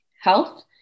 health